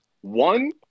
One